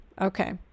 Okay